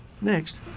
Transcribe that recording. Next